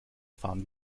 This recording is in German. fahren